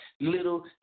little